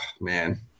man